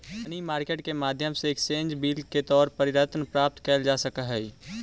money market के माध्यम से एक्सचेंज बिल के तौर पर ऋण प्राप्त कैल जा सकऽ हई